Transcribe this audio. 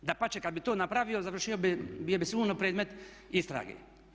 Dapače, kada bi to napravio, završio bi, bio bi sigurno predmet istrage.